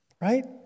Right